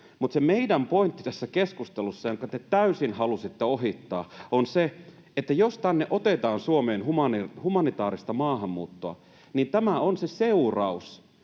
Mutta se meidän pointtimme tässä keskustelussa, jonka te täysin halusitte ohittaa, on se, että jos tänne Suomeen otetaan humanitaarista maahanmuuttoa, niin tämä on se seuraus